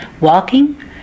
walking